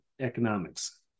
economics